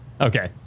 Okay